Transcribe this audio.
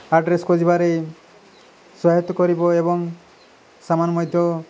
address ଖୋଜିବାରେ ସହାୟତା କରିବ ଏବଂ ସାମାନ ମଧ୍ୟ